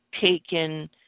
taken